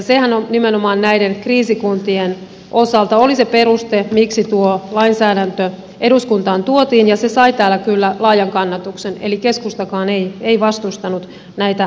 sehän oli nimenomaan näiden kriisikuntien osalta se peruste miksi tuo lainsäädäntö eduskuntaan tuotiin ja se sai täällä kyllä laajan kannatuksen eli keskustakaan ei vastustanut näitä pakkoliitoksia